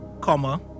comma